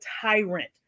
tyrant